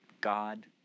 God